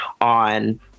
on